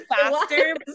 faster